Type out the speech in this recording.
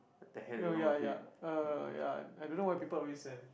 oh ya ya uh ya I don't know why people always send